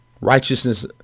Righteousness